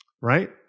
Right